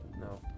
No